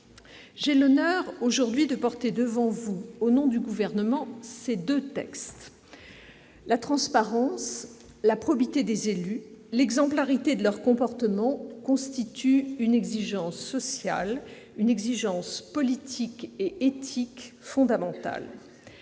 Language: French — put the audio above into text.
l'honneur de présenter devant vous, au nom du Gouvernement, ces deux textes. La transparence, la probité des élus, l'exemplarité de leur comportement constituent une exigence sociale, politique et éthique fondamentale.